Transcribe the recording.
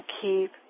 keep